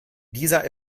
dieser